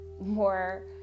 more